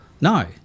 No